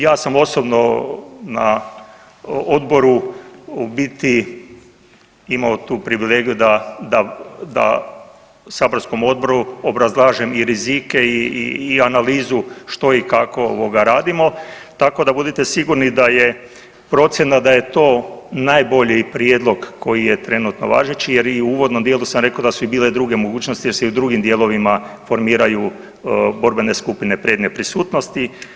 Ja sam osobno na odboru u biti imao tu privilegiju da, da saborskom odboru obrazlažem i rizike i analizu što i kako radimo tako da budite sigurni da je procjena da je to najbolji prijedlog koji je trenutno važeći jer i u uvodnom dijelu sam rekao da su i bile druge mogućnosti jer se i u drugim dijelovima formiraju borbene skupine prednje prisutnosti.